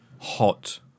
Hot